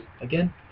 again